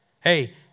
Hey